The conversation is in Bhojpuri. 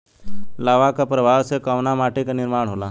लावा क प्रवाह से कउना माटी क निर्माण होला?